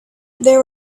there